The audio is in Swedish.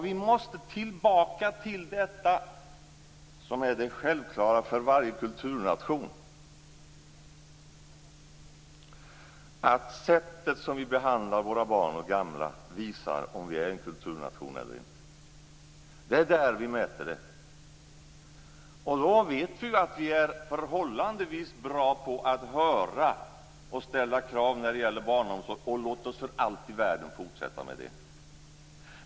Vi måste tillbaka till det som är det självklara i varje kulturnation, att sättet som vi behandlar våra barn och gamla visar om vi är en kulturnation eller inte. Det är där vi mäter det. Vi vet att vi är förhållandevis bra på att höra och ställa krav när det gäller barnomsorg, och låt oss för allt i världen fortsätta med det.